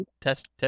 test